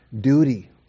duty